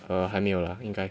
err 还没有 lah 应该